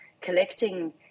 collecting